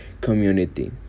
community